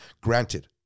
Granted